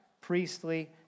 priestly